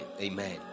Amen